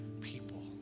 people